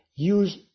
use